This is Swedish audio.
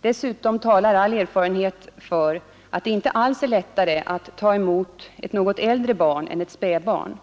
Dessutom talar all erfarenhet för att det inte alls är lättare att ta emot ett något äldre barn än att ta emot ett spädbarn.